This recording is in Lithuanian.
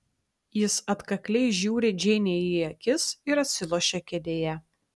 jis atkakliai žiūri džeinei į akis ir atsilošia kėdėje